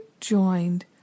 joined